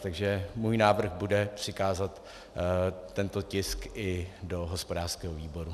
Takže můj návrh bude přikázat tento tisk i do hospodářského výboru.